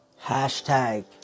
Hashtag